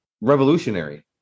revolutionary